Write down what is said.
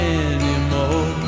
anymore